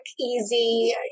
easy